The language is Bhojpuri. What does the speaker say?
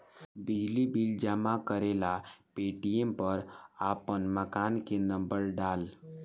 बिजली बिल जमा करेला पेटीएम पर आपन मकान के नम्बर डाल